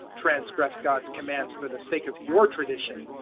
transgress god's commands for the sake of your tradition?